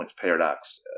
Paradox